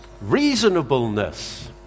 Reasonableness